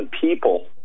people